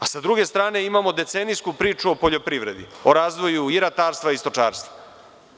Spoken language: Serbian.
A s druge strane imamo decenijsku priču o poljoprivredi, o razvoju i ratarstva i stočarstva.